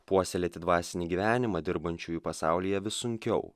puoselėti dvasinį gyvenimą dirbančiųjų pasaulyje vis sunkiau